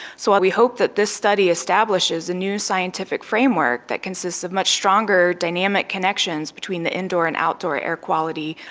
so we hope that this study establishes a new scientific framework that consists of much stronger dynamic connections between the indoor and outdoor air quality.